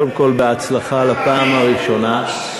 קודם כול בהצלחה לפעם הראשונה,